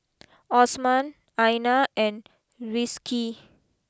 Osman Aina and Rizqi